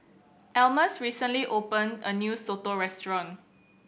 Almus recently opened a new soto restaurant